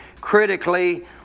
critically